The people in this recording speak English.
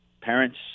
parents